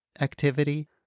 activity